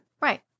Right